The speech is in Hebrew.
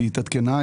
היא התעדכנה.